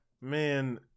Man